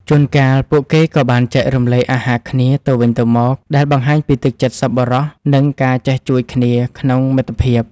ជួនកាលពួកគេក៏បានចែករំលែកអាហារគ្នាទៅវិញទៅមកដែលបង្ហាញពីទឹកចិត្តសប្បុរសនិងការចេះជួយគ្នាក្នុងមិត្តភាព។